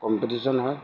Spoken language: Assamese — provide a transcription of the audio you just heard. কম্পিটিশ্যন হয়